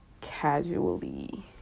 casually